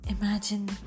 Imagine